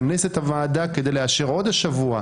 כנס את הוועדה כדי לאשר עוד השבוע,